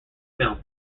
film